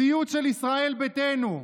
ציוץ של ישראל ביתנו: